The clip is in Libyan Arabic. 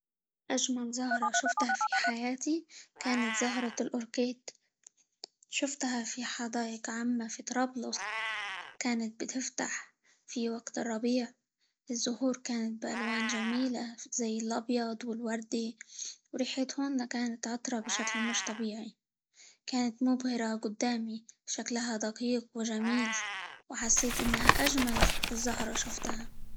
أجمل زهرة شوفتها في حياتي كانت زهرة الأوركيد، شفتها في حدائق عامة في طرابلس، كانت بتفتح في وقت الربيع، الزهور كانت بألوان جميلة زي الأبيض، والوردي، وريحتهن كانت عطرة بشكل مش طبيعي، كانت مبهرة قدامي، شكلها دقيق، وجميل، وحسيت إنها أجمل زهرة شفتها.